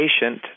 patient